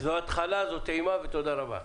מכובדי, זו התחלה, זו טעימה ותודה רבה.